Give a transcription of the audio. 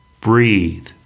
Breathe